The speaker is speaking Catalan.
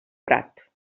prat